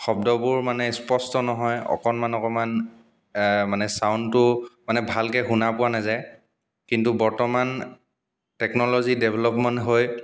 শব্দবোৰ মানে স্পষ্ট নহয় অকণমান অকণমান মানে চাউণ্ডটো মানে ভালকৈ শুনা পোৱা নাযায় কিন্তু বৰ্তমান টেকন'লজি ডেভেলপমেণ্ট হৈ